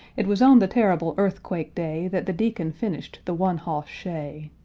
it was on the terrible earthquake-day that the deacon finished the one-hoss-shay.